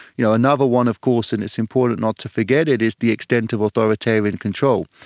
you know another one of course, and it's important not to forget it, is the extent of authoritarian control.